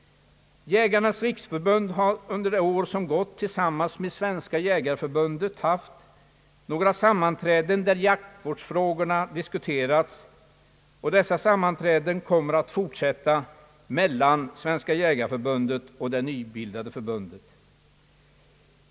Jägarnas riksförbund har under de år som gått tillsammans med Svenska jägareförbundet haft några sammanträden där jaktvårdsfrågorna diskuterats. Dessa sammanträden mellan Svenska jägareförbundet och det nybildade förbundet kommer att fortsätta.